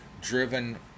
driven